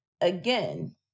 Again